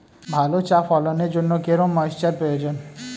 ভালো চা ফলনের জন্য কেরম ময়স্চার প্রয়োজন?